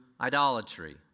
idolatry